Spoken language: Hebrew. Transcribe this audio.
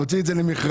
נוציא את זה למכרז.